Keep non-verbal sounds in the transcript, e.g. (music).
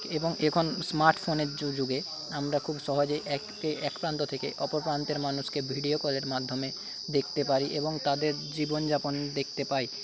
এবং এখন স্মার্ট ফোনের যুগে আমরা খুব সহজেই এক (unintelligible) এক প্রান্ত থেকে অপর প্রান্তের মানুষকে ভিডিও কলের মাধ্যমে দেখতে পাই এবং তাদের জীবনযাপন দেখতে পাই